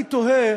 אני תוהה